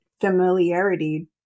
familiarity